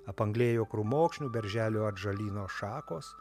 apanglėjo krūmokšnių berželių atžalyno šakos